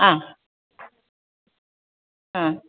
ആ ആ